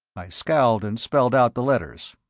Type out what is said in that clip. i scowled and spelled out the letters.